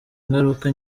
ingaruka